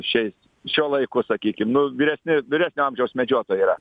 šiais šiuo laiku sakykim nu vyresni vyresnio amžiaus medžiotojai yra